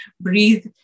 breathe